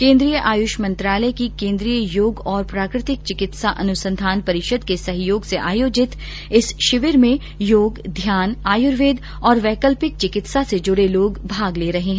केन्द्रीय आयुष मंत्रालय की केन्द्रीय योग और प्राकृतिक चिकित्सा अनुसंधान परिषद के सहयोग से आयोजित इस शिविर में योग ध्यान आयुर्वेद और वैकल्पिक चिकित्सा से जुड़े लोग भाग ले रहे है